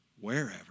wherever